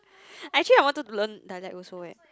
actually I wanted to learn dialect also eh